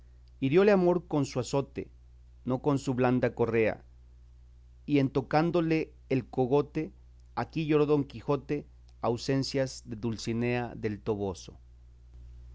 desventuras hirióle amor con su azote no con su blanda correa y en tocándole el cogote aquí lloró don quijote ausencias de dulcinea del toboso